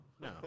no